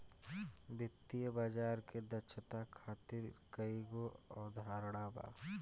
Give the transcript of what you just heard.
वित्तीय बाजार के दक्षता खातिर कईगो अवधारणा बा